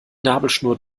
nabelschnur